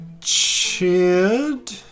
cheered